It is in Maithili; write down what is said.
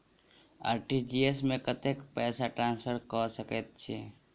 आर.टी.जी.एस मे कतेक पैसा ट्रान्सफर कऽ सकैत छी?